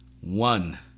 one